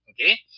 Okay